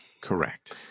Correct